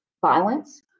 violence